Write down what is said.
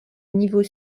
niveau